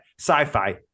sci-fi